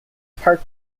park